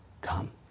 Come